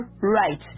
right